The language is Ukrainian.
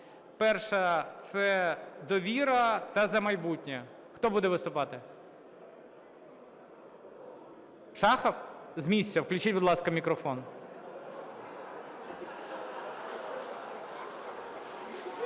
Перша – це "Довіра" та "За майбутнє". Хто буде виступати? Шахов. З місця, включіть, будь ласка, мікрофон.